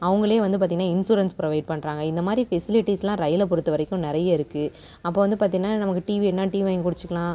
அவங்களே வந்து பார்த்திங்கனா இன்ஸுரன்ஸ் ப்ரொவைட் பண்ணுறாங்க இந்த மாதிரி ஃபெசிலிட்டிஸ்லாம் ரயிலை பொருத்த வரைக்கும் நிறைய இருக்குது அப்போ வந்து பார்த்திங்கனா நமக்கு டீ வேணுனா டீ வாங்கி குடிச்சுக்கலாம்